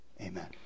Amen